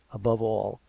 above all,